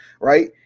right